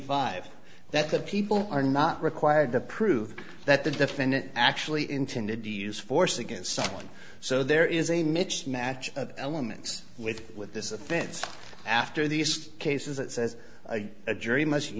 five that the people are not required to prove that the defendant actually intended to use force against someone so there is a mitch match elements with with this offense after these cases it says a jury must